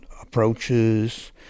approaches